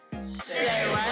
Stay